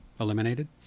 Eliminated